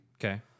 Okay